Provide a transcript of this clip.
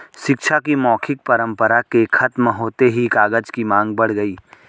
शिक्षा की मौखिक परम्परा के खत्म होते ही कागज की माँग बढ़ गई